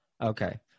Okay